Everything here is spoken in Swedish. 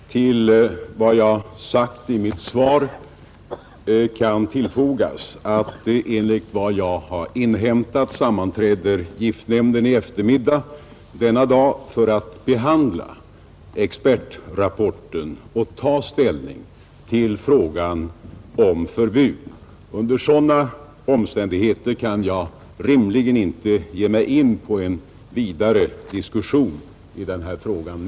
Herr talman! Till vad jag har sagt i mitt svar kan läggas att, enligt vad Torsdagen den jag inhämtat, giftnämnden sammanträder i eftermiddag för att behandla 4 mars 1971 denna expertrapport och ta ställning till frågan om förbud mot användning av hormoslyr. Under sådana omständigheter kan jag rimligen inte nu ge mig in på en vidare diskussion i den här frågan.